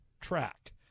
track